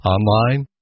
Online